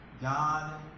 God